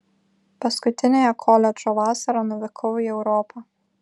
paskutiniąją koledžo vasarą nuvykau į europą